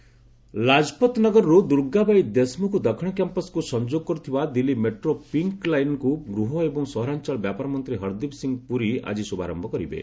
Delhi metro Lajpat ନଗରରୁ ଦୁର୍ଗାବାଇ ଦେଶମୁଖ ଦକ୍ଷିଣ କ୍ୟାମ୍ପସ୍କୁ ସଂଯୋଗ କରୁଥିବା ଦିଲ୍ଲୀ ମେଟ୍ରୋ ପିଙ୍କ୍ ଲାଇନ୍କୁ ଗୃହ ଏବଂ ସହରାଞ୍ଚଳ ବ୍ୟାପାର ମନ୍ତ୍ରୀ ହରଦୀପ ସିଂହ ପୁରୀ ଆଜି ଶୁଭାରମ୍ଭ କରିବେ